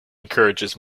encourages